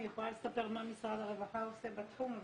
אני אוכל לספר מה משרד הרווחה עושה בתחום,